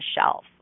shelf